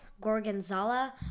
Gorgonzola